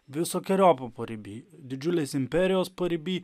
visokeriopam pariby didžiulės imperijos pariby